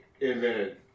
invented